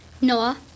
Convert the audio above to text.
Noah